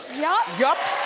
yup. yup.